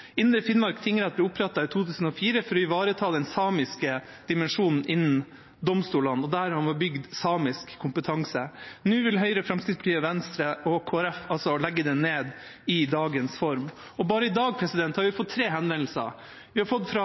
Indre Finnmark tingrett ble opprettet i 2004 for å ivareta den samiske dimensjonen innen domstolene, og der har man bygd opp samisk kompetanse. Nå vil Høyre, Fremskrittspartiet, Venstre og Kristelig Folkeparti altså legge den ned i dagens form. Bare i dag har vi fått tre henvendelser. Vi har fått en henvendelse fra